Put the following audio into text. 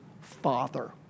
Father